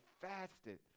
fasted